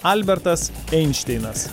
albertas einšteinas